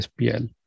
SPL